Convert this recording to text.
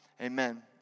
Amen